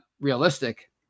realistic